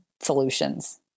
solutions